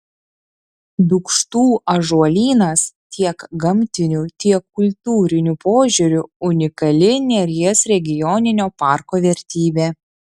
dūkštų ąžuolynas tiek gamtiniu tiek kultūriniu požiūriu unikali neries regioninio parko vertybė